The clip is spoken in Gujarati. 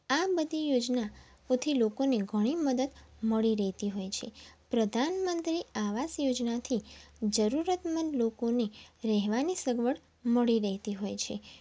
આ બધી યોજનાઓથી લોકોને ઘણી મદદ મળી રહેતી હોય છે પ્રધાનમંત્રી આવાસ યોજનાથી જરૂરતમંદ લોકોને રહેવાની સગવડ મળી રહેતી હોય છે